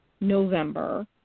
November